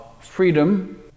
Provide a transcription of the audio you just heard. freedom